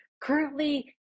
currently